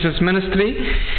ministry